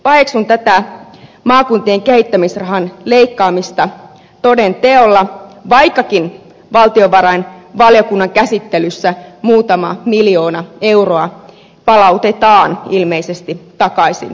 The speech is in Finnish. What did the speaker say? paheksun tätä maakuntien kehittämisrahan leikkaamista toden teolla vaikkakin valtiovarainvaliokunnan käsittelyssä muutama miljoona euroa tästä maakunnan kehittämisrahasta palautetaan ilmeisesti takaisin